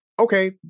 Okay